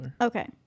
Okay